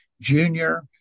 Junior